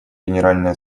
генеральная